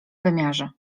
wymiarze